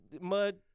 mud